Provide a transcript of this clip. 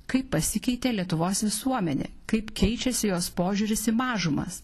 kaip pasikeitė lietuvos visuomenė kaip keičiasi jos požiūris į mažumas